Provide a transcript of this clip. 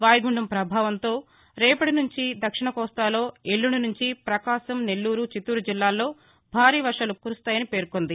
వాయుగుండం ప్రభావంతో రేపటి సుంచి దక్షిణ కోస్తాలో ఎల్లండి నుంచి పకాశం నెల్లూరు చిత్తూరు జిల్లాల్లో భారీవర్వాలు కురుస్తాయని పేర్కొంది